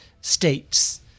states